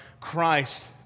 Christ